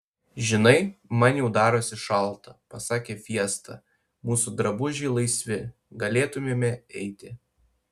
žinai man jau darosi šalta pasakė fiesta mūsų drabužiai laisvi galėtumėme eiti